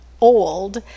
old